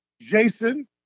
Jason